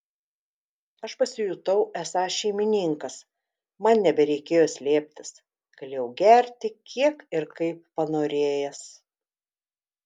aš pasijutau esąs šeimininkas man nebereikėjo slėptis galėjau gerti kiek ir kaip panorėjęs